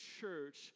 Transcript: church